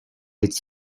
its